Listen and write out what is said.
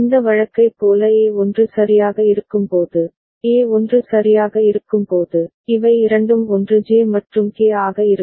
இந்த வழக்கைப் போல A 1 சரியாக இருக்கும்போது A 1 சரியாக இருக்கும்போது இவை இரண்டும் 1 J மற்றும் K ஆக இருக்கும்